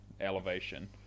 Elevation